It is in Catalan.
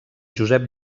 josep